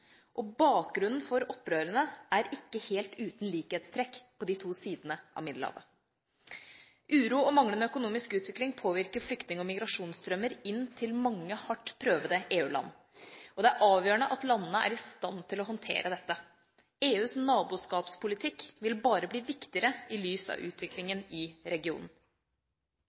av. Bakgrunnen for opprørene er ikke helt uten likhetstrekk på de to sidene av Middelhavet. Uro og manglende økonomisk utvikling påvirker flyktning- og migrasjonsstrømmer inn til mange hardt prøvede EU-land, og det er avgjørende at landene er i stand til å håndtere dette. EUs naboskapspolitikk vil bare bli viktigere i lys av utviklingen i regionen.